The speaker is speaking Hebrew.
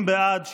50 בעד.